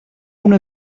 una